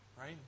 right